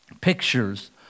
pictures